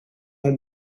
хүн